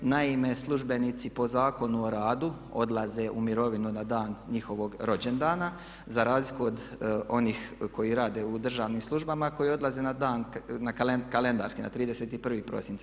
Naime, službenici po Zakonu o radu odlaze u mirovinu na dan njihovog rođendana, za razliku od onih koji rade u državnim službama koji odlaze kalendarski na 31. prosinca.